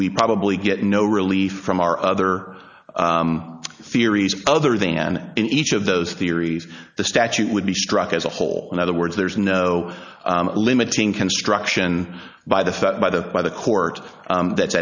we probably get no relief from our other theories other than in each of those theories the statute would be struck as a whole in other words there is no limiting construction by the fact by the by the court that